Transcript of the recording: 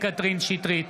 שטרית,